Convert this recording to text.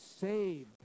saved